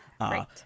right